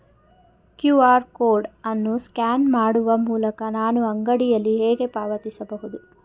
QR code ಅನ್ನು scan ಮಾಡುವ ಮೂಲಕ ನಾನು ಅಂಗಡಿಯಲ್ಲಿ ಹೇಗೆ ಪಾವತಿಸಬಹುದು?